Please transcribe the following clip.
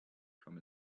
come